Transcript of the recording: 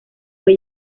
fue